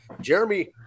Jeremy